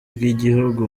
bw’igihugu